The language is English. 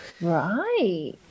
Right